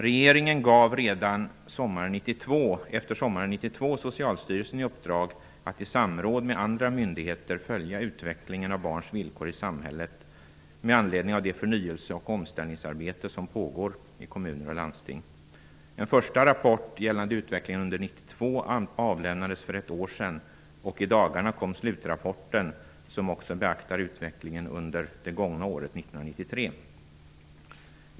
Regeringen gav redan efter sommaren 1992 Socialstyrelsen i uppdrag att, med anledning av det förnyelse och omställningsarbete som pågår i kommuner och landsting, i samråd med andra myndigheter följa utvecklingen av barns villkor i samhället. En första rapport gällande utvecklingen under 1992 avlämnades för ett år sedan, och i dagarna kom slutrapporten, som beaktar utvecklingen också under det gångna året 1993.